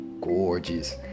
gorgeous